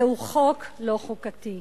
זהו חוק לא חוקתי.